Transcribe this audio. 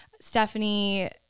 Stephanie